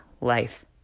life